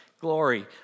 glory